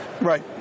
Right